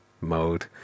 mode